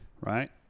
right